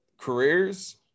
Careers